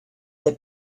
they